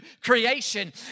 creation